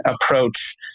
approach